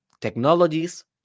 technologies